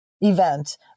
event